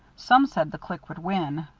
some said the clique would win,